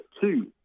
two